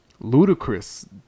Ludicrous